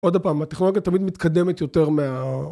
עוד פעם הטכנולוגיה תמיד מתקדמת יותר מה